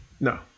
No